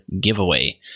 giveaway